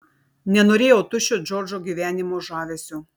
nenorėjau tuščio džordžo gyvenimo žavesio